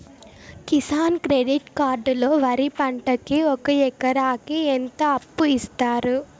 Kisan credit card లో వరి పంటకి ఒక ఎకరాకి ఎంత అప్పు ఇస్తారు?